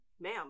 ma'am